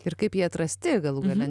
ir kaip jie atrasti galų gale